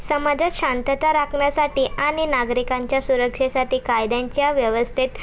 समाजात शांतता राखण्यासाठी आणि नागरिकांच्या सुरक्षेसाठी कायद्यांच्या व्यवस्थेत